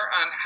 on